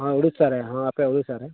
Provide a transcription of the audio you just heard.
ᱦᱳᱭ ᱳᱰᱤᱥᱟ ᱨᱮ ᱟᱯᱮ ᱳᱰᱤᱥᱟ ᱨᱮ